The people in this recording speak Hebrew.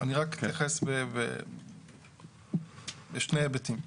אני רק אתייחס בשני היבטים.